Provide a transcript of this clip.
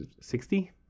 sixty